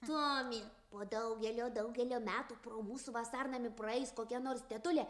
tomi po daugelio daugelio metų pro mūsų vasarnamį praeis kokia nors tetulė